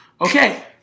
Okay